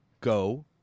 go